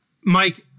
Mike